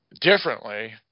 differently